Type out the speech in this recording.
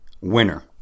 winner